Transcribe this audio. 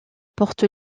porte